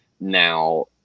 Now